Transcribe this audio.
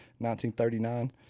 1939